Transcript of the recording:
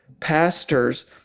pastors